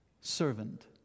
Servant